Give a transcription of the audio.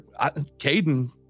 Caden